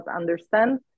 understand